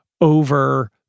over